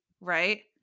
right